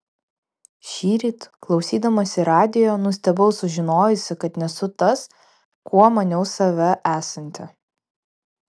šįryt klausydamasi radijo nustebau sužinojusi kad nesu tas kuo maniau save esanti